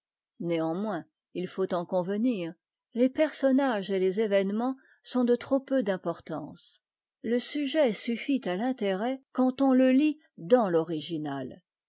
néanmoins il faut en convenir les personnages et les événements sont de trop peu d'importance le sujet suffit à l'intérêt quand on le lit dans l'original